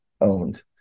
owned